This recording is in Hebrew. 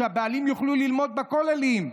שהבעלים יוכלו ללמוד בכוללים.